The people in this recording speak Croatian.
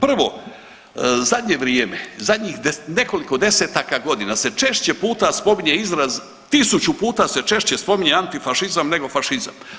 Prvo, zadnje vrijeme, zadnjih nekoliko desetaka godina se češće puta spominje izraz, tisuću puta se češće spominje antifašizam nego fašizam.